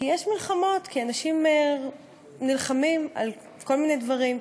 כי יש מלחמות, כי אנשים נלחמים על כל מיני דברים.